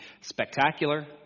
spectacular